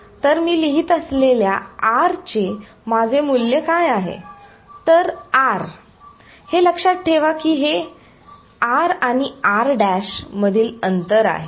तर मी लिहित असलेल्या R चे माझे मूल्य काय आहे तर R हे लक्षात ठेवा की हे r आणि r' मधील अंतर आहे